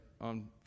on